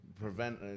prevent